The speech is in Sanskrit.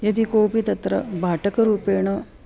यदि कोपि तत्र भाटकरूपेण